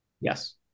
Yes